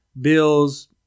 bills